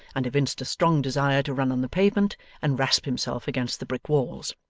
and evinced a strong desire to run on the pavement and rasp himself against the brick walls.